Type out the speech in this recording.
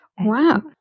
Wow